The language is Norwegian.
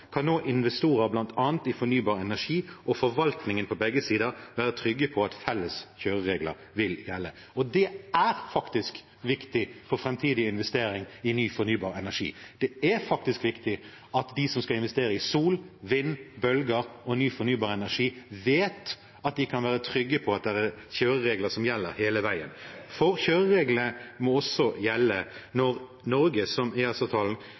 kan nå investorer bl.a. i fornybar energi og forvaltningen på begge sider være trygge på at felles kjøreregler vil gjelde. Det er faktisk viktig for framtidige investeringer i ny fornybar energi. Det er faktisk viktig at de som skal investere i sol, vind, bølger og ny fornybar energi, vet at de kan være trygge på at det er kjøreregler som gjelder hele veien. Kjørereglene må også gjelde når Norge,